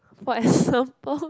for example